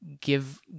give